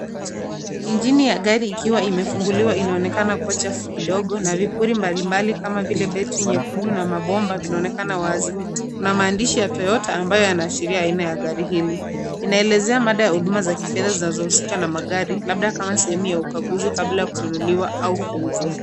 Injini ya gari ikiwa imefunguliwa inaonekana kuwa chafu kidogo na vipuri mbalimbali kama vile battery nyekundu na mabomba vinaonekana wazi. Kuna maandishi ya Toyota ambayo yanaashiria aina ya gari hili. Inaelezea mada ya huduma za kifedha zinazohusika na magari labda kama sehemu ya ukaguzi kabla ya kununuliwa au kuuzwa.